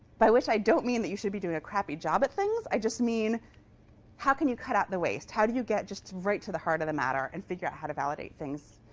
by which i don't mean that you should be doing a crappy job at things. i just mean how can you cut out the waste? how do you get just right to the heart of the matter and figure out how to validate things